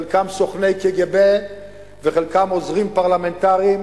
חלקם סוכני קג"ב וחלקם עוזרים פרלמנטריים,